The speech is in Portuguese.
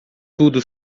tudo